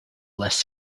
less